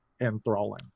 enthralling